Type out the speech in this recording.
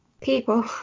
people